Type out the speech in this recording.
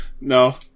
No